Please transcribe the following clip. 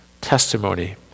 testimony